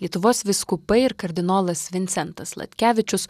lietuvos vyskupai ir kardinolas vincentas sladkevičius